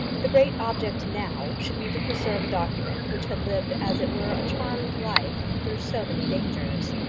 the great object now should be to preserve a document which had lived as it were a charmed life through so many dangers.